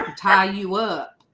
um tie you up